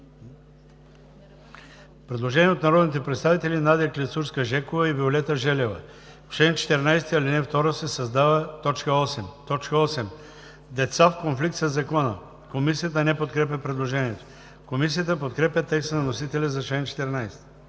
предложение от народните представители Надя Клисурска-Жекова и Виолета Желева: „В чл. 14, ал. 2 се създава т. 8: „8. деца в конфликт със закона.“. Комисията не подкрепя предложението. Комисията подкрепя текста на вносителя за чл. 14.